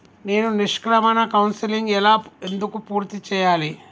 నేను నిష్క్రమణ కౌన్సెలింగ్ ఎలా ఎందుకు పూర్తి చేయాలి?